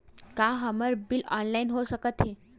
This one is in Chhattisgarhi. का हमर बिल ऑनलाइन हो सकत हे?